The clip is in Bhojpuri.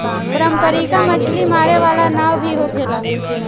पारंपरिक मछरी मारे वाला नाव भी होखेला